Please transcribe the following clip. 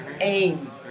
aim